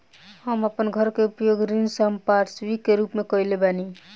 हम अपन घर के उपयोग ऋण संपार्श्विक के रूप में कईले बानी